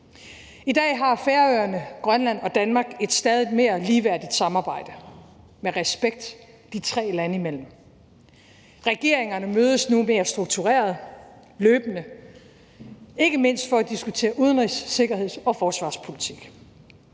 I dag har Færøerne, Grønland og Danmark et stadig mere ligeværdigt samarbejde med respekt de tre lande imellem. Regeringerne mødes nu mere struktureret, løbende, ikke mindst for at diskutere udenrigs-, sikkerheds- og forsvarspolitik.